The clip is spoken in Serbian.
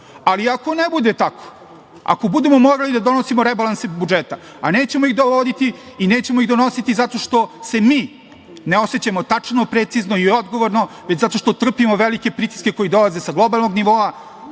Ako ne bude tako, ako budemo morali da donosimo rebalanse budžeta, a nećemo ih dovoditi i nećemo ih donositi zato što se mi ne osećamo tačno, precizno i odgovorno, već zato što trpimo velike pritiske koji dolaze sa globalnog nivoa,